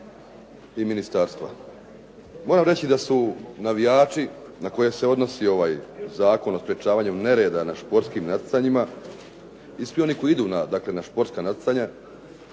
i ministarstva. Moram reći da su navijači na koje se odnosi ovaj Zakon o sprječavanju nereda na športskim natjecanjima i svi oni koji idu na športska natjecanja,